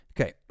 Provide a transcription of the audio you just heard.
Okay